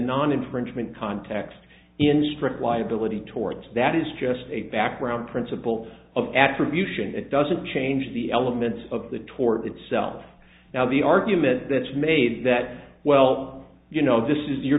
non infringement context in strict liability towards that is just a background principle of attribution it doesn't change the elements of the tort itself now the argument that's made that well you know this is you're